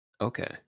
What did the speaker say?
Okay